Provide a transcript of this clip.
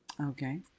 Okay